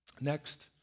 Next